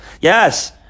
Yes